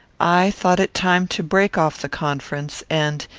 i thought it time to break off the conference and,